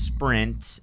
Sprint